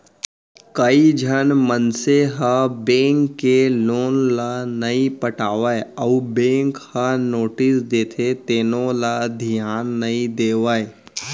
कइझन मनसे ह बेंक के लोन ल नइ पटावय अउ बेंक ह नोटिस देथे तेनो ल धियान नइ देवय